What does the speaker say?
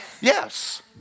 Yes